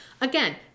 Again